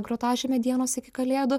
grotažyme dienos iki kalėdų